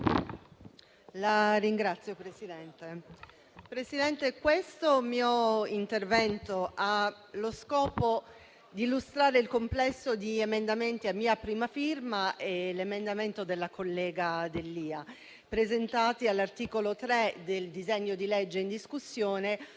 Signora Presidente, questo mio intervento ha lo scopo di illustrare il complesso di emendamenti a mia prima firma e l'emendamento della collega d'Elia presentati all'articolo 3 del disegno di legge in discussione,